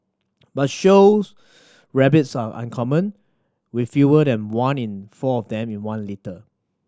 but shows rabbits are uncommon with fewer than one in four of them in one litter